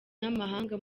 n’amahanga